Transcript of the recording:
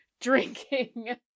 drinking